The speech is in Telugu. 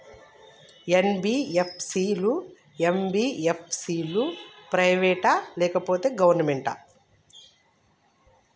ఎన్.బి.ఎఫ్.సి లు, ఎం.బి.ఎఫ్.సి లు ప్రైవేట్ ఆ లేకపోతే గవర్నమెంటా?